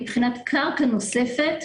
מבחינת קרקע נוספת,